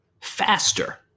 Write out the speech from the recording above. faster